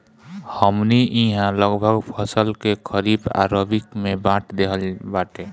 हमनी इहाँ लगभग फसल के खरीफ आ रबी में बाँट देहल बाटे